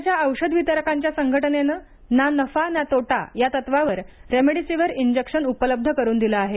पुण्याच्या औषध वितरकांच्या संघटनेनं ना नफा ना तोटा तत्वावर रेमडेसिवीर इंजेक्शन उपलब्ध करून दिलं आहे